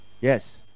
Yes